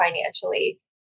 financially